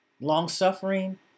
Long-suffering